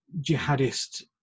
jihadist